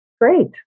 Great